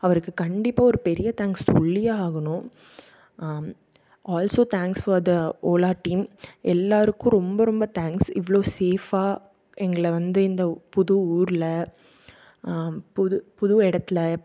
அவருக்கு கண்டிப்பாக ஒரு பெரிய தேங்க்ஸ் சொல்லியே ஆகணும் also thanks for the Ola team எல்லோருக்கும் ரொம்ப ரொம்ப தேங்க்ஸ் இவ்வளோ சேஃபாக எங்களை வந்து இந்த புது ஊரில் புது புது இடத்துல